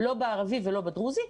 לא בערבי ולא בדרוזי.